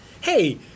Hey